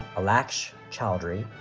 alaksh choudhury,